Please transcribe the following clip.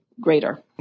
greater